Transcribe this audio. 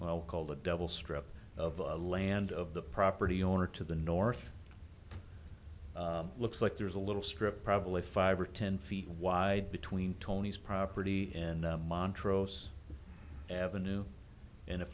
well called a double strip of land of the property owner to the north looks like there's a little strip probably five or ten feet wide between tony's property and montrose avenue and if